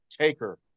Taker